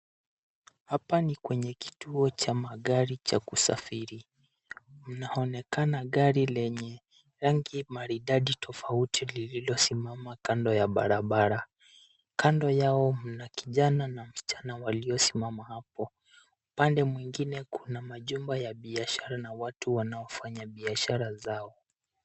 Hapa ni kwenye kituo cha magari cha kusafiri. Mnaonekana gari lenye rangi maridadi tofauti lililosimama kando ya barabara. Kando yao mna kijana na msichana waliosimama hapo. Upande mwingine kuna majengo ya biashara na watu wanaofanya biashara zao.